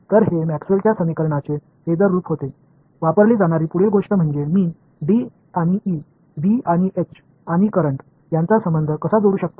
तर हे मॅक्सवेलच्या समीकरणांचे फेसर रूप होते वापरली जाणारी पुढील गोष्ट म्हणजे मी डी आणि ई बी आणि एच आणि करंट यांचा संबंध कसा जोडू शकतो